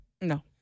No